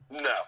No